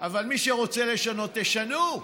מי שרוצה לשנות, תשנו,